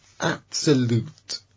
absolute